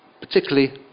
particularly